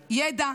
ידע,